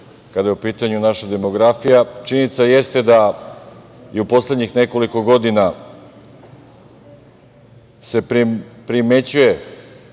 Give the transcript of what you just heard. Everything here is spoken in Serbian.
kada je u pitanju naša demografija. Činjenica jeste da u poslednjih nekoliko godina se primećuje